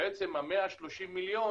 בעצם ה-130 מיליון